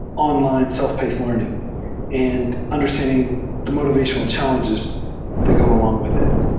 online, self-paced learn ing and understanding the motivational challenges that go along with it.